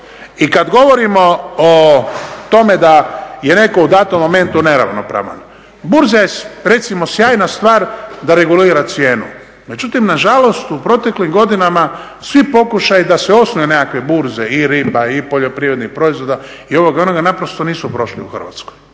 I kada govorimo o tome da je neko u datom momentu neravnopravan, burza je recimo sjajna stvar da regulira cijenu. Međutim nažalost u proteklim godinama svi pokušaji da se osnuju nekakve burze i riba i poljoprivrednih proizvoda nisu prošli u Hrvatskoj.